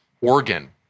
organ